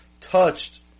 touched